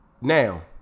Now